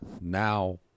now